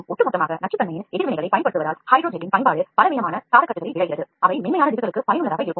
ஒட்டுமொத்தமாக ஹைட்ரஜலின் பயன்பாடு பலவீனமான scaffoldகளில் விளைகிறது அவை மென்மையான திசுக்களுக்கு பயனுள்ளதாக இருக்கும்